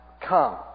come